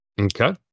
Okay